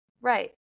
Right